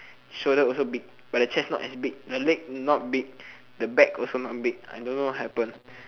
shoulder also big but the chest not as big the leg not big the back also not big I don't know what happen